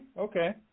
Okay